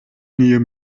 niyo